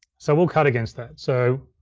so we'll cut against that. so